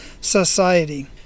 Society